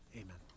amen